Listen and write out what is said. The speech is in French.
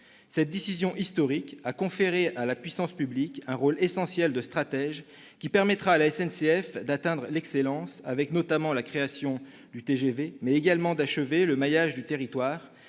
Cette décision historique a conféré à la puissance publique un rôle essentiel de stratège qui permettra à la SNCF non seulement d'atteindre l'excellence, notamment avec la création du TGV, mais aussi d'achever le maillage du territoire